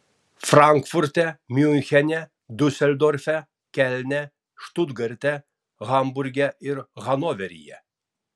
frankfurte miunchene diuseldorfe kelne štutgarte hamburge ir hanoveryje